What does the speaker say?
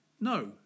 no